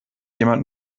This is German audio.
jemand